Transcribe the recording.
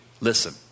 listen